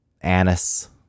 anise